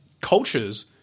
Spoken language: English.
cultures